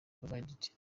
provided